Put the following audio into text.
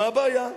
מה הבעיה?